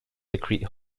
secrete